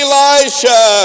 Elisha